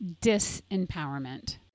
disempowerment